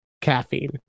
caffeine